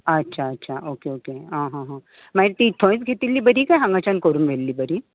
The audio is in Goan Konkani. अच्छा अच्छा ओके ओके हां हां हां मागीर तीं थंयत घेतिल्ली बरीं काय हांगाच्यान करून व्हेल्ली बरी